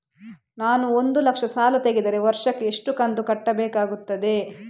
ನಾನು ಒಂದು ಲಕ್ಷ ಸಾಲ ತೆಗೆದರೆ ವರ್ಷಕ್ಕೆ ಎಷ್ಟು ಕಂತು ಕಟ್ಟಬೇಕಾಗುತ್ತದೆ?